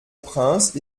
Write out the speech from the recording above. prince